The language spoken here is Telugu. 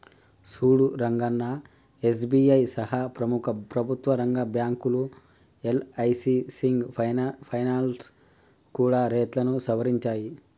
సూడు రంగన్నా ఎస్.బి.ఐ సహా ప్రముఖ ప్రభుత్వ రంగ బ్యాంకులు యల్.ఐ.సి సింగ్ ఫైనాల్స్ కూడా రేట్లను సవరించాయి